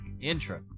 Intro